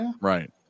Right